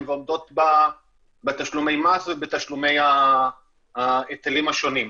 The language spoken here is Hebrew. ועומדות בתשלומי המס ובתשלומי ההיטלים השונים.